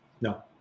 No